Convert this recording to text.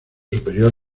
superior